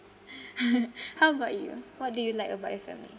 how about you what do you like about your family